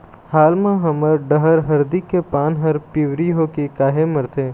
हाल मा हमर डहर हरदी के पान हर पिवरी होके काहे मरथे?